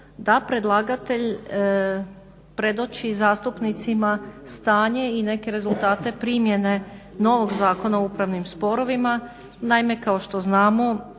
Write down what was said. da predlagatelj predoči zastupnicima stanje i neke rezultate primjene novog Zakona o upravnim sporovima. Naime, kao što znamo